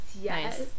Yes